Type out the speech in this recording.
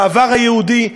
לעבר היהודי,